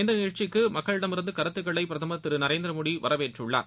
இந்த நிகழ்ச்சிக்கு மக்களிடமிருந்து கருத்துக்களை பிரதமர் திரு நரேந்திர மோடி வரவேற்றுள்ளார்